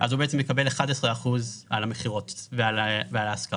הוא בעצם מקבל 11 אחוזים על המכירות ועל ההשכרה.